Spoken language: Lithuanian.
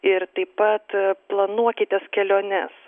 ir taip pat planuokitės keliones